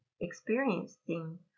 experiencing